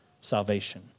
salvation